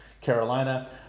Carolina